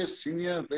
senior